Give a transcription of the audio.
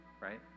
Right